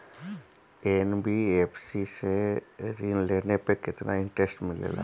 NBFC से ऋण लेने पर केतना इंटरेस्ट मिलेला?